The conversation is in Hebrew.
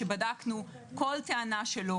שבדקנו כל טענה שלו,